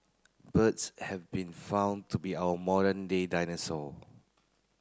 birds have been found to be our modern day dinosaur